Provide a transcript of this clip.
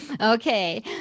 Okay